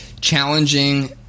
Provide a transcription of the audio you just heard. challenging